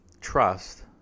trust